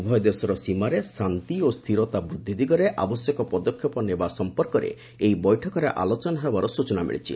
ଉଭୟ ଦେଶର ସୀମାରେ ଶାନ୍ତି ଓ ସ୍ଥିରତା ବୃଦ୍ଧି ଦିଗରେ ଆବଶ୍ୟକ ପଦକ୍ଷେପ ନେବା ସଂପର୍କରେ ଏହି ବୈଠକରେ ଆଲୋଚନା ହେବାର ସ୍ତଚନା ମିଳିଛି